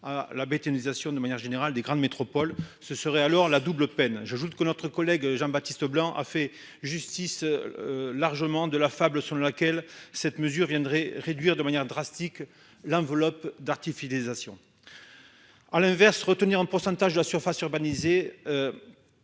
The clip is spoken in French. à la bétonisation générale des grandes métropoles, ce serait alors la double peine. J'ajoute que le rapporteur Jean-Baptiste Blanc a largement fait justice de la fable selon laquelle cette mesure viendrait réduire de manière drastique l'enveloppe d'artificialisation. En effet, retenir comme critère un pourcentage de la surface urbanisée